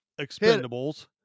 Expendables